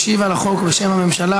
משיב על החוק, בשם הממשלה,